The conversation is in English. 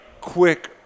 quick